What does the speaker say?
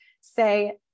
say